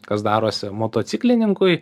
kas darosi motociklininkui